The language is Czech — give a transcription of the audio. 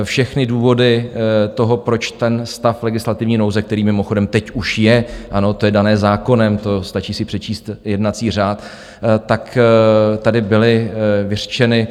Všechny důvody toho, proč stav legislativní nouze který mimochodem teď už je, ano, to je dané zákonem, stačí si přečíst jednací řád tak tady byly vyřčeny.